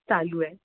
चालू आहे